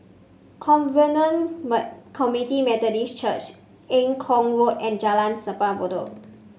Covenant Community Methodist Church Eng Kong Road and Jalan Simpang Bedok